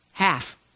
Half